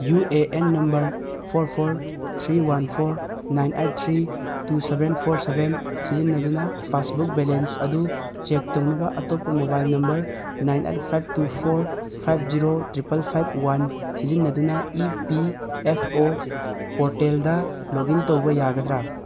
U A N number four four three one four nine eight three two seven four seven ꯁꯤꯖꯤꯟꯅꯗꯨꯅ passbook balance ꯑꯗꯨ check ꯇꯧꯅꯕ ꯑꯇꯣꯞꯄ mobile number nine eight five two four five zero triple five one ꯁꯤꯖꯤꯟꯅꯗꯨꯅ E P F O ꯄꯣꯔꯇꯦꯜꯗ login ꯇꯧꯕ ꯌꯥꯒꯗ꯭ꯔ